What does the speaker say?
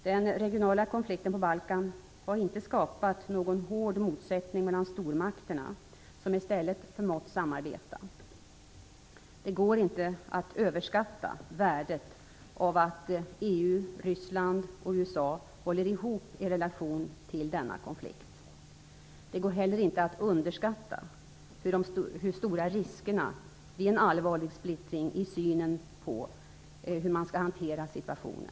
Den regionala konflikten på Balkan har inte skapat någon hård motsättning mellan stormakterna, som i stället förmått samarbeta. Det går inte att överskatta värdet av att EU, Ryssland och USA håller ihop i relation till denna konflikt. Det går heller inte att underskatta de stora riskerna vid en allvarlig splittring i synen på hur man skall hantera situationen.